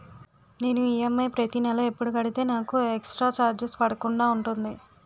నేను ఈ.ఎం.ఐ ప్రతి నెల ఎపుడు కడితే నాకు ఎక్స్ స్త్ర చార్జెస్ పడకుండా ఉంటుంది?